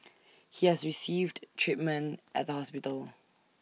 he has received treatment at the hospital